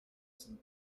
some